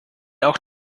auch